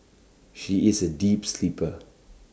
she is A deep sleeper